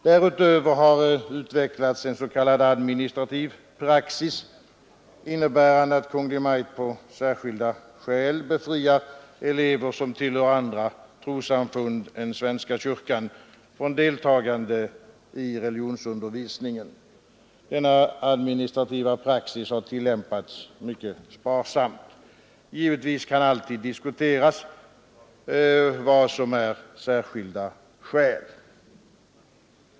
Härutöver har utvecklats en s.k. administrativ praxis, innebärande att Kungl. Maj:t på särskilda skäl befriar elever som tillhör andra trossamfund än svenska kyrkan från deltagande i religionsundervisningen. Denna administrativa praxis har tillämpats mycket sparsamt. Givetvis kan alltid diskuteras vad som är särskilda skäl.